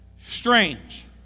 strange